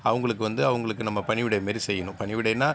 அவங்களுக்கு வந்து அவங்களுக்கு நம்ம பணிவிடை மாதிரி செய்யணும் பணிவிடைன்னால்